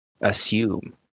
assume